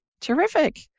terrific